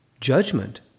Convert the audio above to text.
Judgment